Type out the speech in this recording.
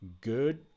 good